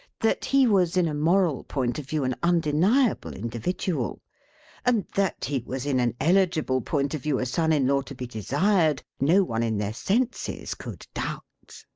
that he was in a moral point of view an undeniable individual and that he was in an eligible point of view a son-in-law to be desired, no one in their senses could doubt.